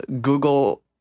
Google